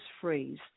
phrase